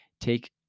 take